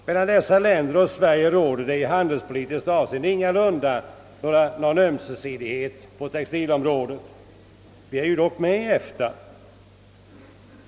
Mellan dessa länder och Sverige råder det i handelspolitiskt avseende ingalunda någon ömsesidighet på textilområdet. Vi är dock med i EFTA.